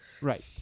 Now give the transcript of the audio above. Right